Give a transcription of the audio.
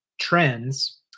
trends